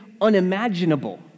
unimaginable